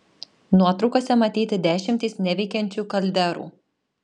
nuotraukose matyti dešimtys neveikiančių kalderų